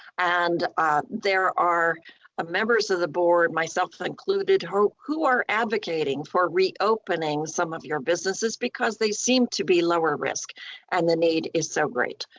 and ah there are ah members of the board, myself included, who who are advocating for reopening some of your businesses because they seem to be lower risk and the need is so great,